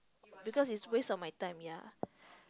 because is waste of my time ya